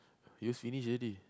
use finish already